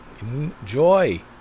Enjoy